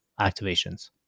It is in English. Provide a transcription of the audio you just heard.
activations